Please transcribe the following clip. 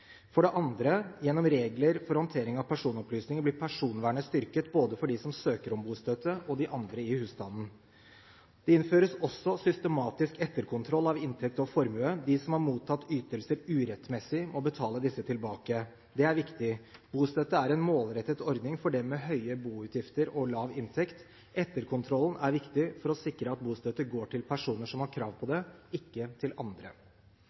For det andre: Gjennom regler for håndtering av personopplysninger blir personvernet styrket både for dem som søker om bostøtte, og de andre i husstanden. For det tredje: Det innføres også systematisk etterkontroll av inntekt og formue. De som har mottatt ytelser urettmessig, må betale disse tilbake. Dette er viktig. Bostøtte er en målrettet ordning for dem med høye boutgifter og lav inntekt. Etterkontrollen er viktig for å sikre at bostøtte går til personer som har krav på det, ikke til andre.